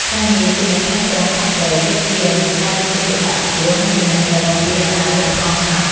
ការងារជាអ្នកថែទាំសត្វព្រៃ ទាមទារឱ្យមានការយកចិត្តទុកដាក់ខ្ពស់ និងចំណេះដឹងអំពីអាហារូបត្ថម្ភសត្វ។